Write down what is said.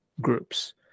groups